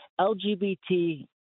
LGBT